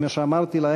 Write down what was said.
שכמו שאמרתי,